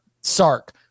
Sark